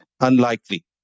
Unlikely